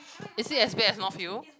is it as bad as north-hill